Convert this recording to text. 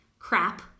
crap